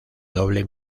doble